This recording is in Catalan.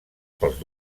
pels